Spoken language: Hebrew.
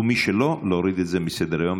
ומי שלא, להוריד את זה מסדר-היום.